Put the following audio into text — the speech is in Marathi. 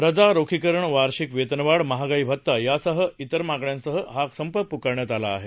रजा रोखीकरण वार्षिक वेतनवाढ महागाई भत्ता यासह इतर मागण्यांसाठी हा संप पुकारण्यात आला आहे